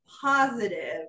positive